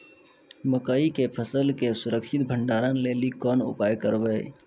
मकई के फसल के सुरक्षित भंडारण लेली कोंन उपाय करबै?